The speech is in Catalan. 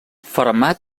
fermat